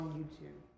YouTube